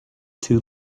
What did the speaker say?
too